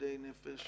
למתמודדי נפש